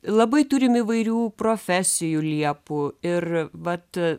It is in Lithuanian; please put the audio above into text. labai turim įvairių profesijų liepų ir vat